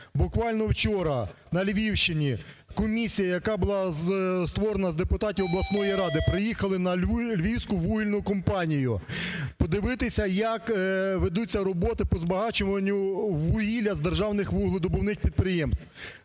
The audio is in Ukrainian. Буквально вчора на Львівщині комісія, яка була створена з депутатів обласної ради, приїхала на "Львівську вугільну компанію" подивитися, як ведуться роботи по збагаченню вугілля з державних вугледобувних підприємств.